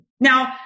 Now